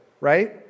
right